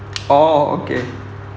orh okay